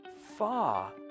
far